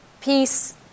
Peace